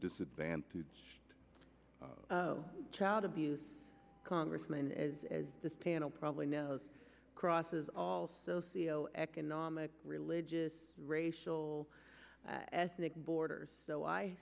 disadvantaged no child abuse congressman is as this panel probably knows crosses all socioeconomic religious racial ethnic borders so i